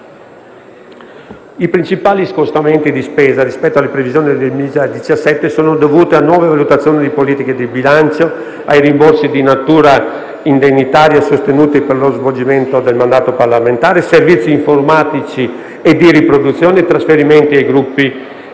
I principali scostamenti di spesa rispetto alle previsioni del 2017 sono dovuti a nuove valutazioni di politiche di bilancio, ai rimborsi di natura indennitaria sostenuti per lo svolgimento del mandato parlamentare, ai servizi informatici e di riproduzione, ai trasferimenti ai Gruppi